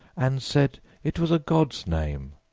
and said it was a god's name!